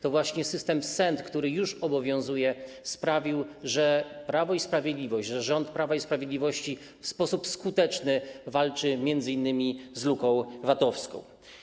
To właśnie system SENT, który już obowiązuje, sprawił, że Prawo i Sprawiedliwość, że rząd Prawa i Sprawiedliwości w sposób skuteczny walczy m.in. z luką VAT-owską.